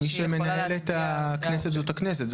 מי שמנהל את הכנסת זאת הכנסת.